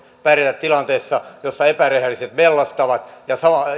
pärjätä tilanteessa jossa epärehelliset mellastavat ja